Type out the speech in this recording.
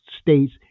states